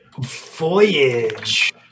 Voyage